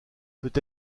peut